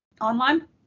online